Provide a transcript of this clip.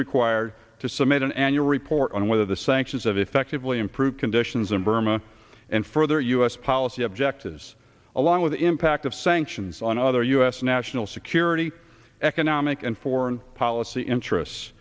required to submit an annual report on whether the sanctions have effectively improved conditions in burma and further u s policy objectives along with the impact of sanctions on other us national security economic and foreign policy interests